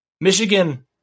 Michigan